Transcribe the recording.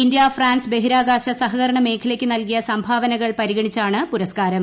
India France ബഹിരാകാശ സഹകരണ മേഖലയ്ക്ക് നൽകിയ സംഭാവനകൾ പരിഗണിച്ചാണ് പുരസ്കാരം